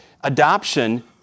adoption